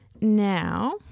Now